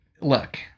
Look